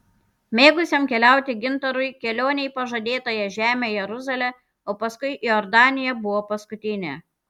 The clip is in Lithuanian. mėgusiam keliauti gintarui kelionė į pažadėtąją žemę jeruzalę o paskui į jordaniją buvo paskutinė